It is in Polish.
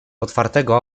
otwartego